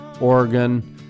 Oregon